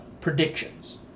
predictions